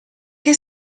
che